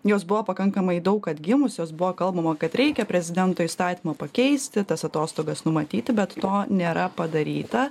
jos buvo pakankamai daug atgimusios buvo kalbama kad reikia prezidento įstatymą pakeisti tas atostogas numatyti bet to nėra padaryta